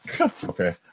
Okay